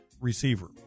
receiver